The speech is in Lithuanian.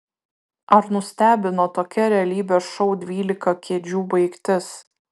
ar nustebino tokia realybės šou dvylika kėdžių baigtis